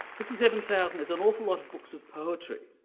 fifty seven thousand is an awful lot of books of poetry.